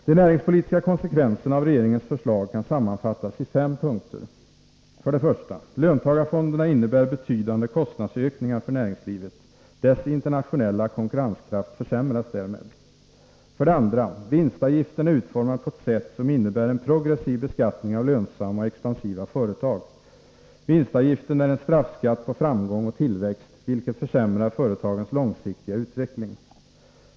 De näringspolitiska konsekvenserna av regeringens förslag kan sammanfattas i fem punkter: För det första innebär löntagarfonderna betydande kostnadsökningar för näringslivet. Dess internationella konkurrenskraft försämras därmed. För det andra är vinstavgiften utformad på ett sätt, som innebär en progressiv beskattning av lönsamma och expansiva företag. Vinstavgiften är en straffskatt på framgång och tillväxt, vilket försämrar företagens långsiktiga utveckling.